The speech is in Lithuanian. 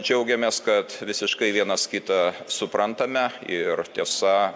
džiaugiamės kad visiškai vienas kitą suprantame ir tiesa